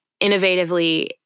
innovatively